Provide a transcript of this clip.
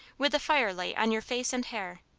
with the firelight on your face and hair.